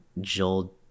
Joel